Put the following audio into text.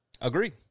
Agreed